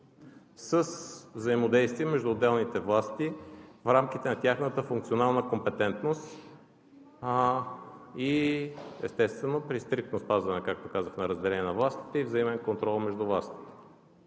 с взаимодействие между отделните власти в рамките на тяхната функционална компетентност, естествено, при стриктно спазване, както казах, на разделение на властите и взаимен контрол между властите.